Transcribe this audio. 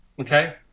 Okay